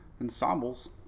Ensembles